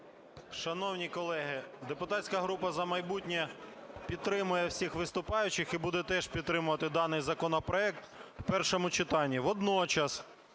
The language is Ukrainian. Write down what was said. Шановні колеги, депутатська група "За майбутнє" підтримує всіх виступаючих і буде теж підтримувати даний законопроект в першому читанні.